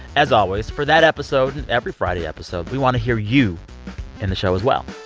as always, for that episode and every friday episode, we want to hear you in the show as well.